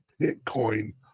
bitcoin